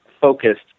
focused